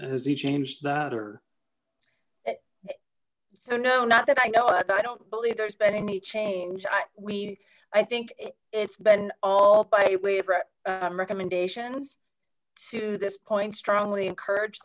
as he changed that or so no not that i know i don't believe there's been any change we i think it's been all by waiver recommendations to this point strongly encourage